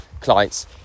clients